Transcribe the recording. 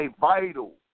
vital